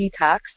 detox